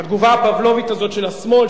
התגובה הפבלובית הזאת של השמאל,